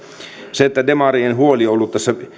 demarien huoli on ollut